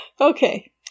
Okay